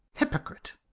hypocrite!